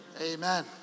Amen